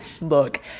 Look